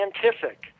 scientific